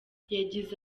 yagize